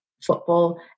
football